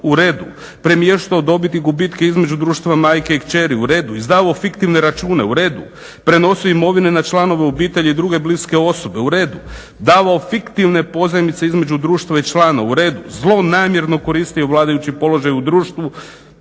u redu, premještao dobit i gubitke između društva majke i kćeri, u redu, izdavao fiktivne račune, u redu, prenosio imovine na članove obitelji i druge bliske osobe, u redu, davao fiktivne pozajmice između društva i članova, u redu, zlonamjerno koristio vladajući položaj u društvu,